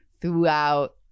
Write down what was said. Throughout